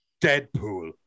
Deadpool